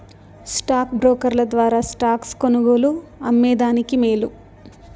stock బ్రోకర్ల ద్వారా stocks కొనుగోలు, అమ్మే దానికి మేలు